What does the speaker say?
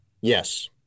yes